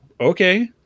okay